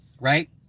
Right